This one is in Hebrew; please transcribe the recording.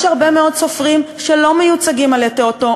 יש הרבה מאוד סופרים שלא מיוצגים על-ידי אותו